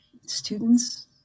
students